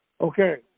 okay